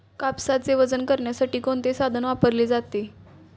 कापसाचे वजन करण्यासाठी कोणते साधन वापरले जाते?